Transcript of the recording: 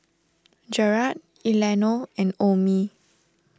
Jarad Eleanor and Omie